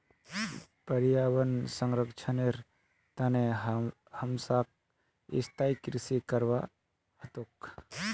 पर्यावन संरक्षनेर तने हमसाक स्थायी कृषि करवा ह तोक